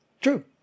true